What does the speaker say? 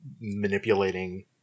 manipulating